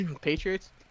Patriots